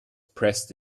pressed